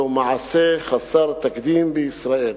זהו מעשה חסר תקדים בישראל.